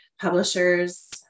Publishers